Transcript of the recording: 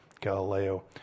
Galileo